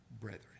brethren